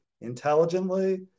intelligently